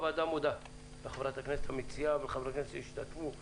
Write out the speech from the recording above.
הוועדה מודה לחברת הכנסת המציעה ולחברי הכנסת שהשתתפו בדיון.